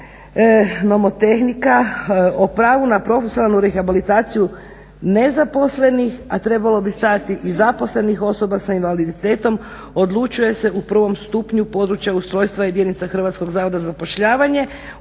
o pravu na profesionalnu rehabilitaciju nezaposlenih, a trebalo bi stajati i zaposlenih osoba s invaliditetom odlučuje se u prvom stupnju područja ustrojstva jedinica Hrvatskog zavoda za zapošljavanje